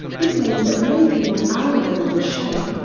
this means that many people are in very good shape.